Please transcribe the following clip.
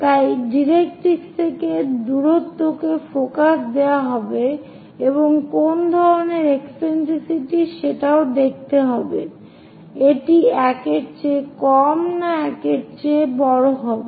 তাই ডাইরেক্ট্রিক্স থেকে দূরত্বকে ফোকাস দেওয়া হবে এবং কোন ধরনের একসেন্ট্রিসিটি সেটাও দেখতে হবে এটি 1 এর চেয়ে কম না 1 এর চেয়ে বড় হবে